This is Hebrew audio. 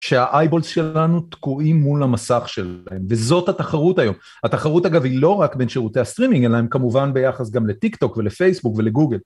שה eye balls שלנו תקועים מול המסך שלהם, וזאת התחרות היום. התחרות אגב היא לא רק בין שירותי הסטרימינג אלא היא כמובן ביחס גם לטיק טוק ולפייסבוק ולגוגל.